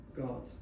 God